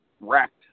wrecked